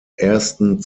ersten